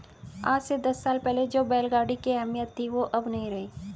आज से दस साल पहले जो बैल गाड़ी की अहमियत थी वो अब नही रही